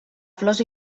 flors